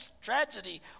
tragedy